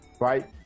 right